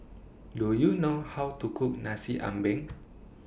Do YOU know How to Cook Nasi Ambeng